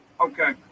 Okay